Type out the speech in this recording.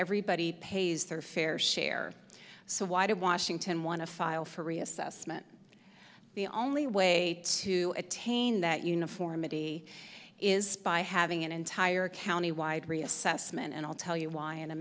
everybody pays their fair share so why did washington want to file for reassessment the only way to attain that uniformity is by having an entire county wide reassessment and i'll tell you why in a